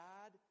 God